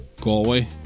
Galway